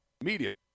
media